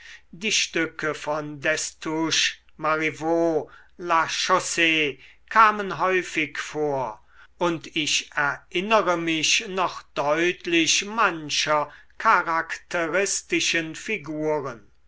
die stücke von destouches marivaux la chausse kamen häufig vor und ich erinnere mich noch deutlich mancher charakteristischen figuren